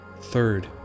Third